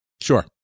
Sure